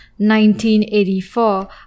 1984